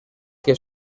que